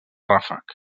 ràfec